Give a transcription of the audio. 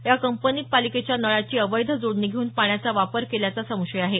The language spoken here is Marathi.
या कपंनीत पालिकेच्या नळाची अवैध जोडणी घेऊन पाण्याचा वापर केल्याचा संशय आहे